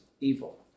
evil